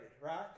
right